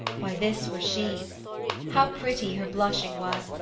why this were she how pretty her blushing was,